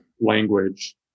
language